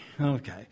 okay